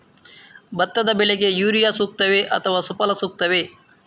ಭತ್ತದ ಬೆಳೆಗೆ ಯೂರಿಯಾ ಸೂಕ್ತವೇ ಅಥವಾ ಸುಫಲ ಸೂಕ್ತವೇ?